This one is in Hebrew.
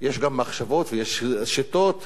גם מחשבות ויש שיטות